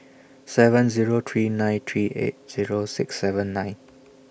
seven Zero three nine three eight Zero six seven nine